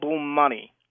money